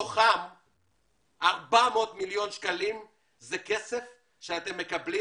מתוכם 400 מיליון שקלים זה כסף שאתם מקבלים